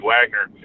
Wagner